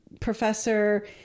professor